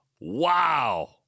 Wow